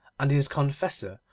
and his confessor,